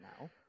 now